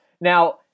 Now